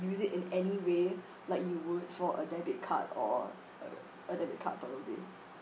use it in any way like you would for a debit card or a a debit card probably